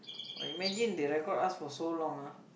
!wah! imagine they record us for so long ah